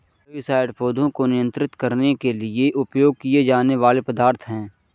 herbicides पौधों को नियंत्रित करने के लिए उपयोग किए जाने वाले पदार्थ हैं